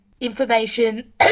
information